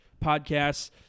podcasts